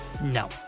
No